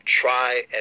Try